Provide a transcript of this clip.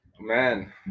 Man